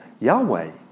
Yahweh